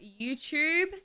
YouTube